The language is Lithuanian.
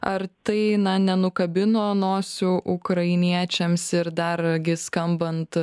ar tai na nenukabino nosių ukrainiečiams ir dar gi skambant